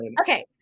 Okay